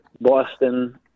Boston